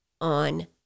on